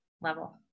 level